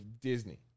Disney